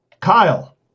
kyle